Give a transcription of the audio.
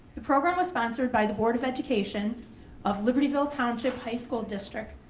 the program was sponsored by the board of education of libertyville township high school district.